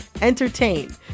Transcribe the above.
entertain